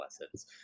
lessons